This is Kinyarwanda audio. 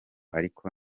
ariko